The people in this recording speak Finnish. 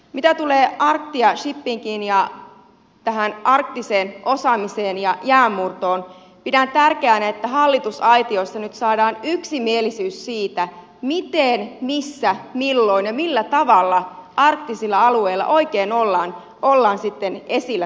mitä tulee arctia shippingiin ja tähän arktiseen osaamiseen ja jäänmurtoon pidän tärkeänä että hallitusaitiossa nyt saadaan yksimielisyys siitä miten missä milloin ja millä tavalla arktisilla alueilla oikein ollaan sitten esillä suomena